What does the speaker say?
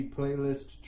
Playlist